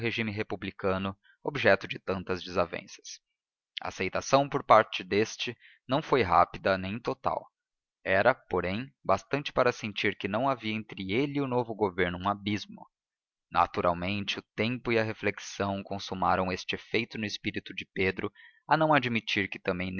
republicano objeto de tantas desavenças a aceitação por parte deste não foi rápida nem total era porém bastante para sentir que não havia entre ele e o novo governo um abismo naturalmente o tempo e a reflexão consumaram este efeito no espírito de pedro a não admitir que também